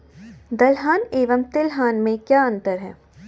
दलहन एवं तिलहन में क्या अंतर है?